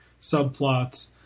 subplots